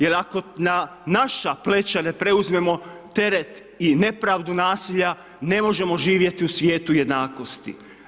Jer ako na naša pleća ne preuzmemo teret i nepravdu nasilja, ne možemo živjeti u svijetu jednakosti.